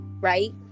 right